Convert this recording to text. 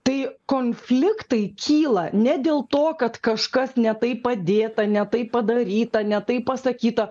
tai konfliktai kyla ne dėl to kad kažkas ne taip padėta ne taip padaryta ne taip pasakyta